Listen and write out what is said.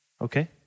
Okay